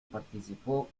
participó